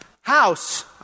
House